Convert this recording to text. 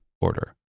order